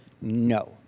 no